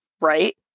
Right